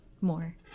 more